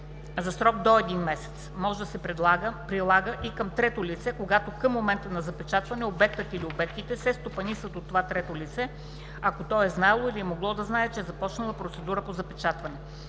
за срок до един месец“ да може да се прилага и към трето лице, когато към момента на запечатване обектът или обектите се стопанисват от това трето лице, ако то е знаело или е могло да знае, че е започната процедура по запечатване.